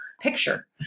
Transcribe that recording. picture